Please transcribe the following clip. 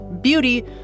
Beauty